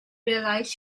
realized